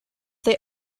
they